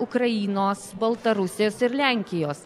ukrainos baltarusijos ir lenkijos